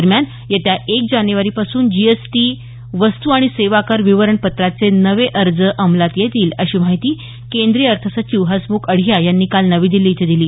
दरम्यान येत्या एक जानेवारीपासून जीएसटी वस्तू आणि सेवाकर विवरणपत्राचे नवे अर्ज अंमलात येतील अशी माहिती केंद्रीय अर्थसचिव हसमुख अढिया यांनी काल नवी दिल्ली इथं दिली